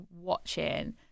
watching